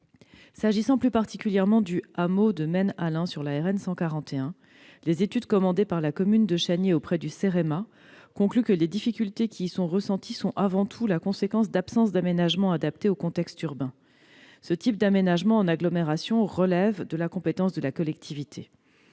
S'agissant plus particulièrement du hameau du Maine-Allain sur la RN 141, les études commandées par la commune de Chaniers auprès du Cérema concluent que les difficultés qui y sont ressenties sont avant tout la conséquence d'absence d'aménagement adapté au contexte urbain. Ce type d'aménagement, en agglomération, relève de la compétence de la collectivité.